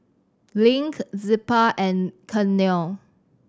Link Zilpah and Vernell